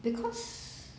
because